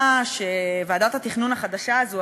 ועדת התכנון החדשה הזאת,